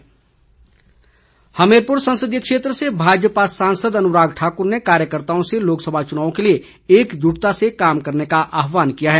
अनुराग हमीरपुर संसदीय क्षेत्र से भाजपा सांसद अनुराग ठाकुर ने कार्यकर्त्ताओं से लोकसभा चुनाव के लिए एकजुटता से कार्य करने का आहवान किया है